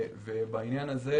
ובעניין הזה,